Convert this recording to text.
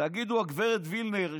תגידו הגב' וילנר,